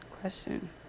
question